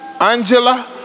Angela